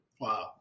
Wow